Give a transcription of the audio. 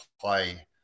play